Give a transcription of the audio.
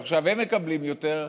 ועכשיו הם מקבלים יותר,